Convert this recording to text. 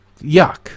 yuck